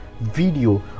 video